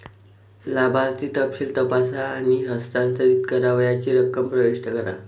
लाभार्थी तपशील तपासा आणि हस्तांतरित करावयाची रक्कम प्रविष्ट करा